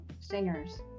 singers